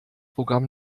programm